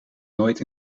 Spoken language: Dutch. nooit